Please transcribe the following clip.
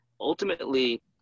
Ultimately